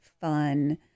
fun